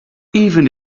even